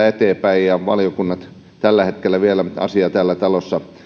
eteenpäin ja valiokunnat tällä hetkellä vielä asiaa täällä talossa